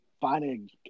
finding